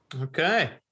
Okay